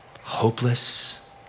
hopeless